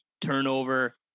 turnover